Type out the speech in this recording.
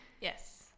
yes